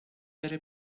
بره